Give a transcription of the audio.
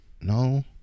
no